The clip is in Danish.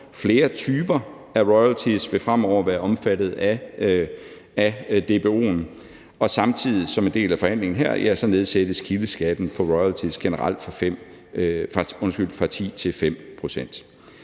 Flere typer af royalties vil fremover være omfattet af DBO'en, og samtidig nedsættes som en del af forhandlingen her kildeskatten for royalties generelt fra 10 til 5 pct.